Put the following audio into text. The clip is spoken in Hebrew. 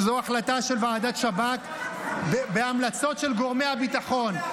זו החלטה של ועדת שב"כ בהמלצות של גורמי הביטחון.